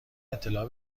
اطلاع